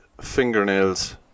fingernails